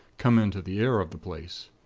come into the air of the place.